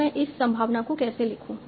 अब मैं इस संभावना को कैसे लिखूं